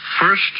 First